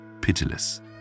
pitiless